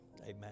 amen